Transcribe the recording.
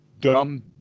dumb